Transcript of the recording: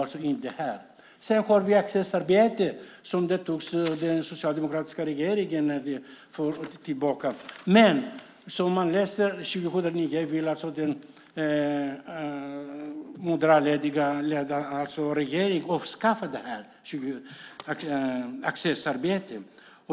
Vi har även det accessarbete som den socialdemokratiska regeringen införde för några år sedan, men 2009 vill den moderatledda regeringen avskaffa det.